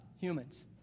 humans